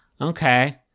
Okay